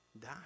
die